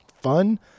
fun